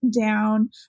down